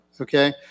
Okay